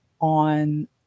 on